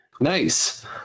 nice